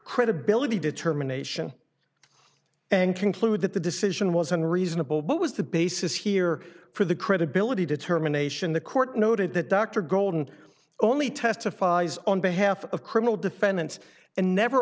credibility determination and conclude that the decision was unreasonable but was the basis here for the credibility determination the court noted that dr golden only testifies on behalf of criminal defendants and never